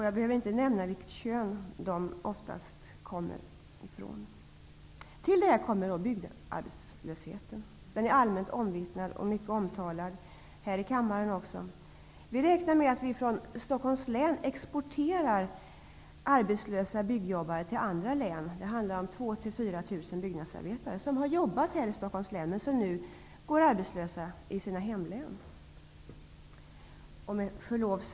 Jag behöver inte nämna vilket kön det oftast är fråga om. Till detta kommer byggarbetslösheten. Den är allmänt omvittnad och mycket omtalad också här i kammaren. Vi räknar med man här i Stockholms län exporterar 2 000--4 000 arbetslösa byggjobbare till andra län. Dessa har jobbat i Stockholms län, men nu går de arbetslösa i sina hemlän. Herr talman!